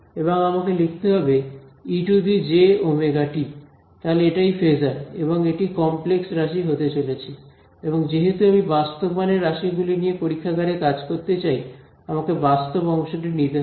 এবং আমাকে লিখতে হবে e to the j omega t তাহলে এটাই ফেজার এবং এটি কমপ্লেক্স রাশি হতে চলেছে এবং যেহেতু আমি বাস্তব মানের রাশি গুলি নিয়ে পরীক্ষাগারে কাজ করতে চাই আমাকে বাস্তব অংশটি নিতে হবে